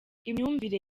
imyumvire